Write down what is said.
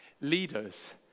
leaders